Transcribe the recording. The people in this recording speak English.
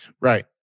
Right